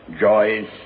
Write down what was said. joys